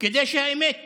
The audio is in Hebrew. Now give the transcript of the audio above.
כדי שהאמת